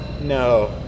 No